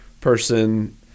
person